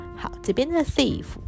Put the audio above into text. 好,这边的thief